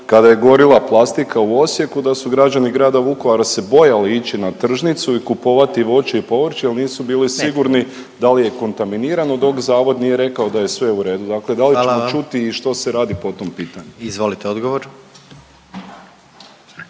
kada je gorila plastika u Osijeku da su građani grada Vukovara se bojali ići na tržnicu i kupovati voće i povrće jel nisu bili sigurni da li je kontaminirano dok zavod nije rekao da je sve u redu…/Upadica predsjednik: Hvala vam./…dakle da li ćemo čuti i što se radi po tom pitanju. **Jandroković,